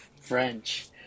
French